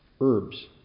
herbs